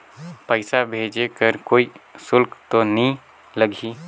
पइसा भेज कर कोई शुल्क तो नी लगही?